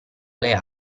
alle